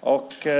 har.